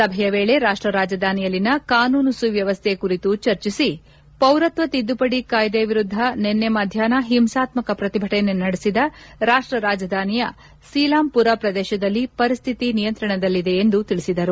ಸಭೆಯ ವೇಳೆ ರಾಷ್ಟ ರಾಜಧಾನಿಯಲ್ಲಿನ ಕಾನೂನು ಸುವ್ನವಸ್ಲೆ ಕುರಿತು ಚರ್ಚಿಸಿ ಪೌರತ್ತ ತಿದ್ದುಪಡಿ ಕಾಯ್ದೆ ವಿರುದ್ದ ನಿನ್ನೆ ಮಧ್ಯಾಪ್ನ ಹಿಂಸಾತ್ಸಕ ಪ್ರತಿಭಟನೆ ನಡೆಸಿದ ರಾಷ್ಷ ರಾಜಧಾನಿಯ ಸೀಲಾಂಪುರ ಪ್ರದೇಶದಲ್ಲಿ ಪರಿಶ್ಲಿತಿ ನಿಯಂತ್ರಣದಲ್ಲಿದೆ ಎಂದು ಅವರು ತಿಳಿಸಿದರು